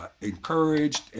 encouraged